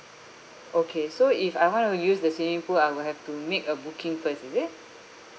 okay so if I want to use the swimming pool I will have to make a booking first is it